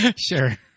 sure